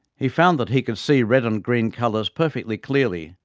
he found that he could see red and green colours perfectly clearly,